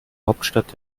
hauptstadt